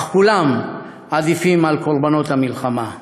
אבל כולם עדיפים מקורבנות המלחמה".